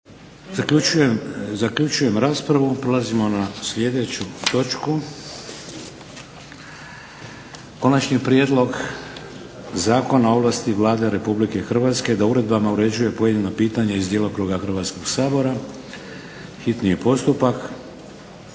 Vladimir (HDZ)** prelazimo na sljedeću točku 2. Prijedlog zakona o ovlasti Vlade Republike Hrvatske da uredbama uređuje pojedina pitanja iz djelokruga Hrvatskoga sabora, s Konačnim